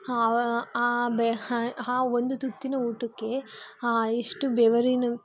ಆ ಆ ಒಂದು ತುತ್ತಿನ ಊಟಕ್ಕೆ ಎಷ್ಟು ಬೆವರಿನ